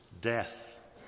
death